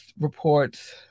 reports